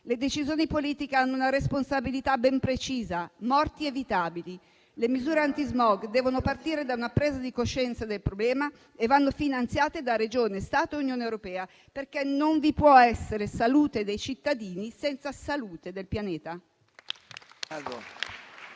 Le decisioni politiche hanno una responsabilità ben precisa: morti evitabili. Le misure antismog devono partire da una presa di coscienza del problema e vanno finanziate da Regione, Stato e Unione europea, perché non vi può essere salute dei cittadini senza salute del pianeta.